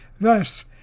Thus